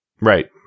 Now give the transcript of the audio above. Right